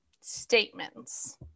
statements